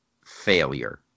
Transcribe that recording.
failure